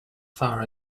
far